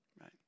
Right